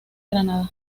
granada